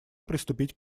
приступить